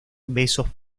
besos